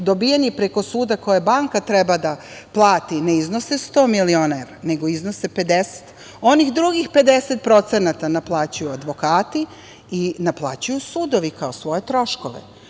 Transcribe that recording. dobijeni preko suda koje banka treba da plati ne iznose 100 miliona evra, nego iznose 50 miliona. Onih drugih 50% naplaćuju advokati i naplaćuju sudovi kao svoje troškove.